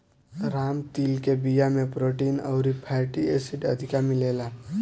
राम तिल के बिया में प्रोटीन अउरी फैटी एसिड अधिका मिलेला